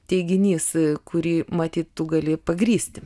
teiginys kurį matyt tu gali pagrįsti